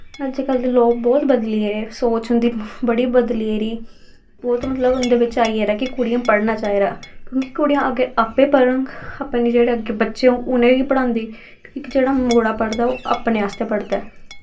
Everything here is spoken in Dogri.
अज कल दे लोग बौह्त बदली गेदे सोच उंदी बहुत बदली गेदी ओ ते मतलव उंदे बिच्च आई गेदा कि कुड़ियें पढ़ना चाहिदा क्योंकि कुड़ियां अगर आपै पढ़ंग अपने जेह्ड़े अग्गैं बच्चे होंग उनेंगी पढ़ांदी इक जेह्ड़ा मुड़ा पढ़दा ओह् अपने आस्तै पढ़दा